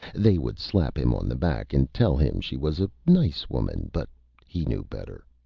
they would slap him on the back and tell him she was a nice woman but he knew better.